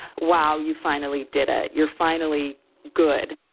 wow, you finally did it. you're finally good.